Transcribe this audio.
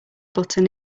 button